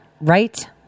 right